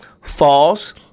false